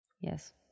Yes